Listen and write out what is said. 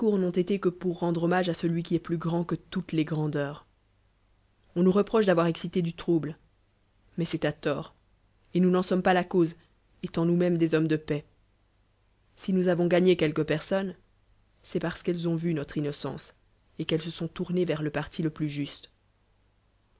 n'cnt été que pour rendre hommage à celuiquiest plus grand que toutes les grandeurs on nous reproche d'avoir excité du trouble mais c'est à tort et nous n'en sommes pas la cawe étant nous mémes des lrommes de paix si nous avons gagné quelques personnes c'est parce quelles ont vu noue innocence et qu'elles se sont tournées vers le partileplusjuste quant au